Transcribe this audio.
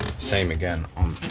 same again on